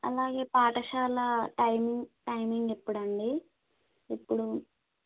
అలాగే పాఠశాల timing timing ఎప్పుడండి ఇప్పుడు